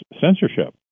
censorship